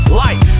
life